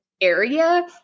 area